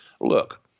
look